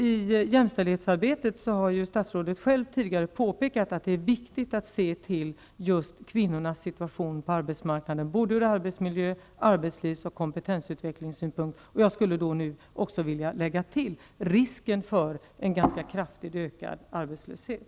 I jämställdhetsarbetet har statsrådet själv tidigare påpekat att det såväl från arbetsmiljöutvecklingsoch arbetslivsutvecklingssynpunkt som från kompetensutvecklingssynpunkt är viktigt att se till just kvinnornas situation på arbetsmarknaden. Jag skulle också vilja lägga till risken för en ganska kraftigt ökad arbetslöshet.